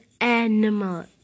animal